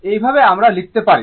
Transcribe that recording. এইভাবে আমরা লিখতে পারি